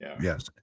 Yes